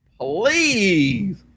Please